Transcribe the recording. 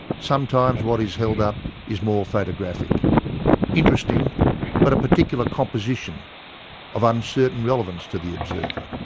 sometimes what is held up is more photographic interesting but a particular composition of uncertain relevance to the observer.